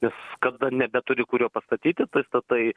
nes kada nebeturi kur jo pastatyti tai statai